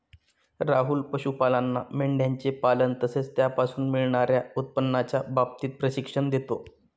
राहुल पशुपालांना मेंढयांचे पालन तसेच त्यापासून मिळणार्या उत्पन्नाच्या बाबतीत प्रशिक्षण देतो